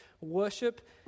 worship